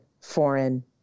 foreign